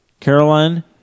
Caroline